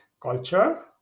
culture